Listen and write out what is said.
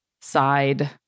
side